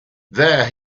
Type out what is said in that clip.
there